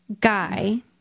guy